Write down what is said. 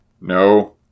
No